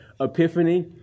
epiphany